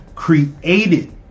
Created